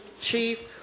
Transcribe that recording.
Chief